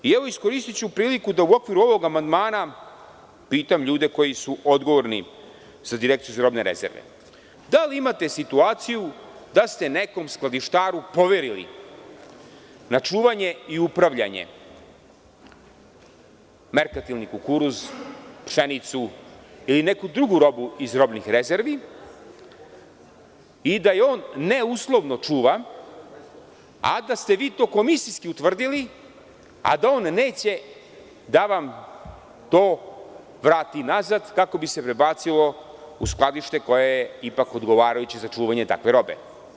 Iskoristiću priliku da u okviru ovog amandmana pitam ljude koji su odgovorni za Direkciju za robne rezerve – da li imate situaciju da ste nekom skladištaru poverili na čuvanje i upravljanje merkantilni kukuruz, pšenicu ili neku drugu robu iz robnih rezervi i da je on neuslovno čuva, a da ste vi to komisijski utvrdili, a da on neće da vam to vrati nazad, kako bi se prebacilo u skladište koje je ipak odgovarajuće za čuvanje takve robe?